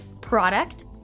Product